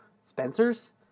Spencer's